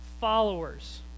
followers